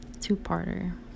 two-parter